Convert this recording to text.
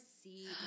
see